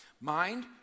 mind